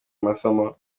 amasomo